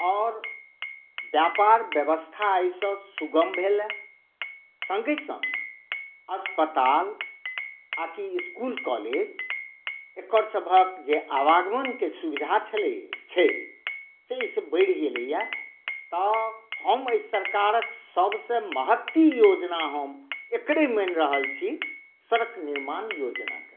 आओर व्यापार व्यवस्था एहिसँ सुगम भेलए सङ्गे सङ्ग अस्पताल आ की इसकुल कॉलेज एकर सभके जे आवगमनके सुविधा छलै छै से अहिसँ बढ़ि गेलेया आ हम एहि सरकारक सभसे महत्ती योजना हम एकरे मानि रहल छी सड़क निर्माण योजना